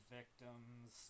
victims